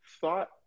thought